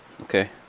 Okay